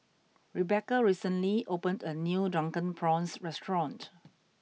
Rebecca recently opened a new drunken prawns restaurant